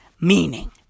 meaning